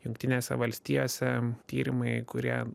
jungtinėse valstijose tyrimai kurie